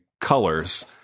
colors